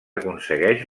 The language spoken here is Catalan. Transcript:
aconsegueix